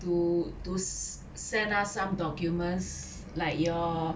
to to se~send us some documents like your